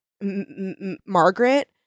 Margaret